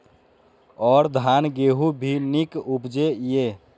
और धान गेहूँ भी निक उपजे ईय?